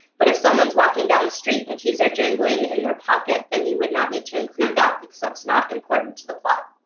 but if someone's walking down the street, and keys are jangling in their pocket, then you would not need to include that, because that's not important to the plot.